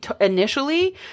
initially